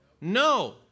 no